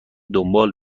دنبال